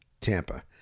Tampa